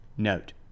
Note